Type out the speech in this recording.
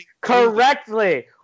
Correctly